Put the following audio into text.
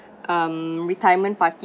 um retirement party